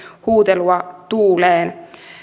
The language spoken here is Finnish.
huutelua tuuleen